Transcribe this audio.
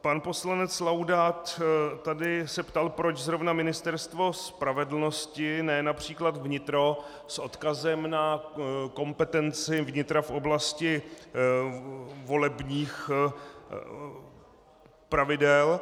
Pan poslanec Laudát tady se ptal, proč zrovna Ministerstvo spravedlnosti, ne např. vnitro, s odkazem na kompetenci vnitra v oblasti volebních pravidel.